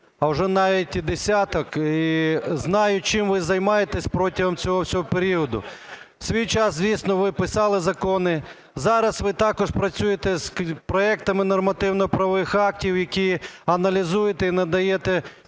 а вже навіть і десяток, і знаю, чим ви займаєтесь протягом цього всього періоду. В свій час, звісно, ви писали закони, зараз ви також працюєте з проектами нормативно-правових актів, які аналізуєте і надаєте